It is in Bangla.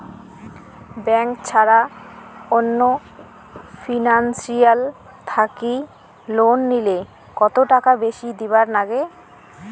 ব্যাংক ছাড়া অন্য ফিনান্সিয়াল থাকি লোন নিলে কতটাকা বেশি দিবার নাগে?